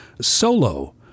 solo